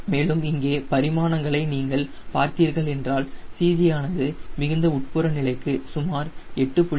மேலும் இங்கே பரிமாணங்களை நீங்கள் பார்த்தீர்கள் என்றால் CG ஆனது மிகுந்த உட்புற நிலைக்கு சுமார் 8